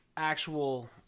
Actual